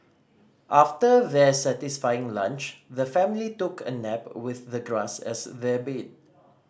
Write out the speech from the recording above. after their satisfying lunch the family took a nap with the grass as their bead